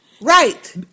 Right